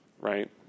right